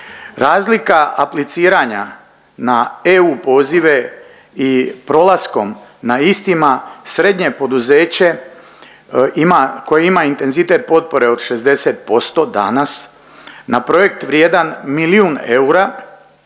Razlika apliciranja na EU pozive i prolaskom na istima srednje poduzeće ima, koje ima intenzitet potpore od 60% danas na projekt vrijedan milijun eura